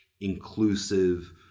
inclusive